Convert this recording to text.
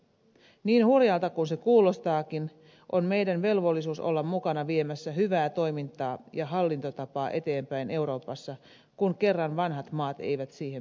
niin hurjalta kuin se kuulostaakin on meidän velvollisuutemme olla mukana viemässä hyvää toimintaa ja hallintotapaa eteenpäin euroopassa kun kerran vanhat maat eivät siihen pysty